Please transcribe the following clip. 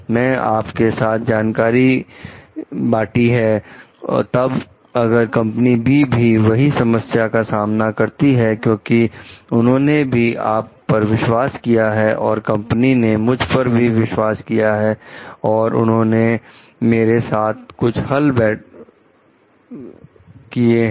मैंने आपके साथ जानकारी बाटी है तब अगर कंपनी बी भी वही समस्या का सामना करती है क्योंकि उन्होंने भी आप पर विश्वास किया है और कंपनी ने मुझ पर भी विश्वास किया है और उन्होंने मेरे साथ कुछ हल बैठे हैं